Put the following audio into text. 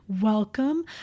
welcome